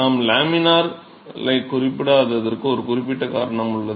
நான் லாமினாரைக் குறிப்பிடாததற்கு ஒரு குறிப்பிட்ட காரணம் உள்ளது